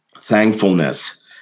thankfulness